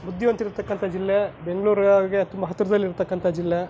ಬುದ್ಧಿವಂತ್ರಿರ್ತಕ್ಕಂಥ ಜಿಲ್ಲೆ ಬೆಂಗ್ಳೂರವ್ರಿಗೆ ತುಂಬ ಹತ್ತಿರದಲ್ಲಿರ್ತಕ್ಕಂಥ ಜಿಲ್ಲೆ